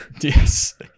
yes